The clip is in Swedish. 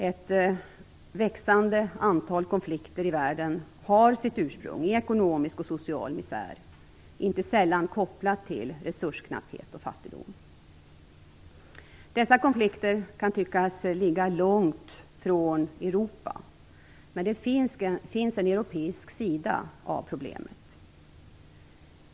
Ett växande antal konflikter i världen har sitt ursprung i ekonomisk och social misär, inte sällan kopplat till resursknapphet och fattigdom. Dessa konflikter kan tyckas ligga långt från Europa, men det finns en europeisk sida av problemet.